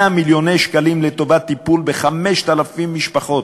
100 מיליוני שקלים לטובת טיפול ב-5,000 משפחות,